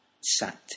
sat